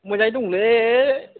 मोजाङै दंलै